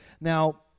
Now